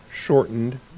Shortened